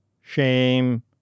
shame